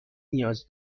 نیاز